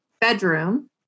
bedroom